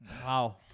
Wow